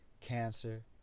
Cancer